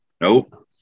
Nope